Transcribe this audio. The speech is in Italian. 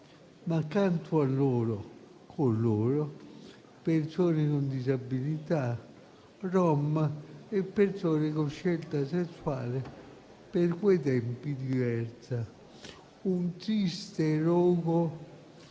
accanto a loro e con loro, persone con disabilità, rom e persone con scelta sessuale per quei tempi diversa: un triste rogo